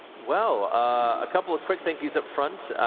well, a couple of quick thank yous up front.